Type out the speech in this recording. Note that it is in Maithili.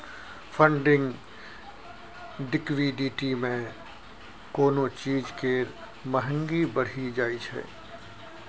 फंडिंग लिक्विडिटी मे कोनो चीज केर महंगी बढ़ि जाइ छै